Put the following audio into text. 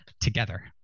together